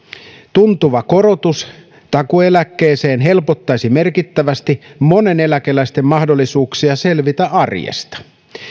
tuntuva korotus takuueläkkeeseen helpottaisi merkittävästi monen eläkeläisen mahdollisuuksia selvitä arjesta